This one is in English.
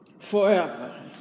forever